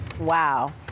Wow